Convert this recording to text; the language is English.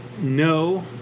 No